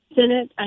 Senate